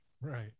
Right